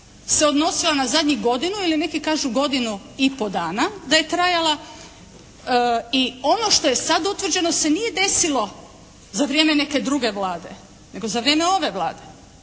se odnosila na zadnjih godinu ili neki kažu godinu i pol dana da je trajala i ono što je sada utvrđeno se nije desilo za vrijeme neke druge Vlade nego za vrijeme ove Vlade